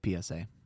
PSA